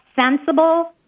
sensible